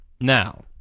Now